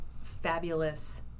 fabulous